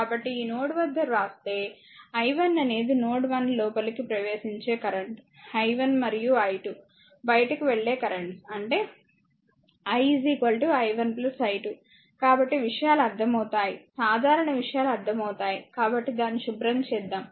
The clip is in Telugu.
కాబట్టి ఈ నోడ్ వద్ద వ్రాస్తే i అనేది నోడ్ 1 లోపలికి ప్రవేశించే కరెంట్ i1 మరియు i2 బయటకు వెళ్లే కరెంట్స్ అంటే i i1 i2 కాబట్టి విషయాలు అర్ధమవుతాయి సాధారణ విషయాలు అర్ధమవుతాయి కాబట్టి దాన్ని శుభ్రం చేద్దాం